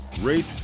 rate